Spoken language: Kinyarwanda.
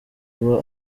aba